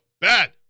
Bad